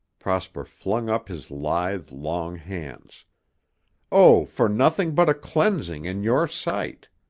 prosper flung up his lithe, long hands oh, for nothing but a cleansing in your sight.